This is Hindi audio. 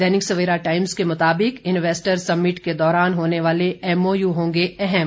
दैनिक सवेरा टाइम्स के मुताबिक इन्वेस्टर समिट के दौरान होने वाले एमओयू होंगे अहम